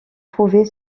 prouver